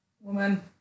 woman